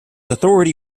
authority